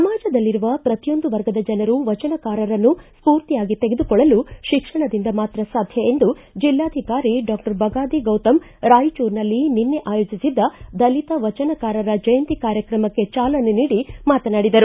ಸಮಾಜದಲ್ಲಿರುವ ಪ್ರತಿಯೊಂದು ವರ್ಗದ ಜನರು ವಚನಕಾರರನ್ನು ಸ್ಪೂರ್ತಿಯಾಗಿ ತೆಗೆದುಕೊಳ್ಳಲು ಶಿಕ್ಷಣದಿಂದ ಮಾತ್ರ ಸಾಧ್ಯ ಎಂದು ಜಿಲ್ಲಾಧಿಕಾರಿ ಡಾಕ್ಷರ್ ಬಗಾದಿ ಗೌತಮ್ ರಾಯಚೂರಿನಲ್ಲಿ ನಿನ್ನೆ ಆಯೋಜಿಸಿದ್ದ ದಲಿತ ವಚನಕಾರರ ಜಯಂತಿ ಕಾರ್ಯಕ್ರಮಕ್ಕೆ ಚಾಲನೆ ನೀಡಿ ಮಾತನಾಡಿದರು